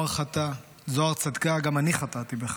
זוהר צדקה, גם אני חטאתי בכך.